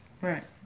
Right